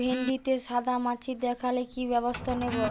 ভিন্ডিতে সাদা মাছি দেখালে কি ব্যবস্থা নেবো?